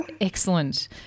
Excellent